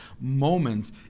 moments